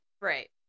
Right